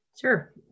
Sure